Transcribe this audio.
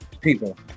People